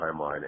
timeline